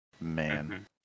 man